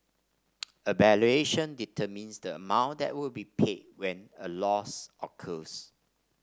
a valuation determines the amount that will be paid when a loss occurs